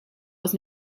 was